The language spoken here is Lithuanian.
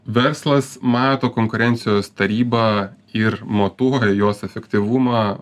verslas mato konkurencijos tarybą ir matuoja jos efektyvumą